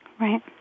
Right